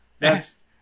Yes